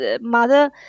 mother